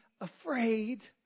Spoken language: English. afraid